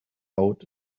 out